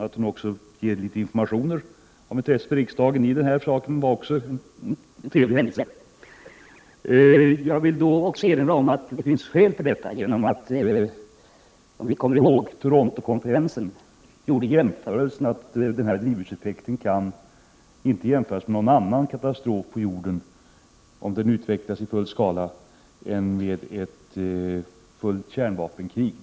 Att hon i svaret också gav en del upplysningar om personfrågor av intresse för riksdagen i den här saken var också trevligt. Jag vill erinra om att Torontokonferensen konstaterade, att drivhuseffekten — om den utvecklas i full skala — vore en katastrof som endast kunde jämföras med fullt kärnvapenkrig.